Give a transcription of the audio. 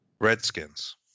redskins